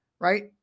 right